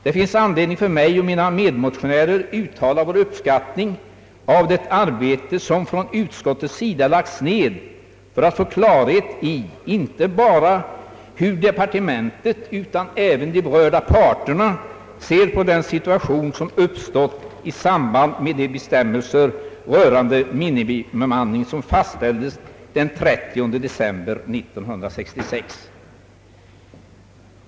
Det finns anledning för mig och mina medmotionärer att uttala vår uppskattning av det arbete som från utskottets sida lagts ned för att få klarhet i inte bara hur departementet utan även de berörda parterna ser på den situation som uppstått i samband med de bestämmelser rörande minimibemanning som fastställdes den 30 december 1966.